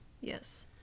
Yes